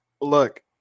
look